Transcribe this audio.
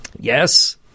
Yes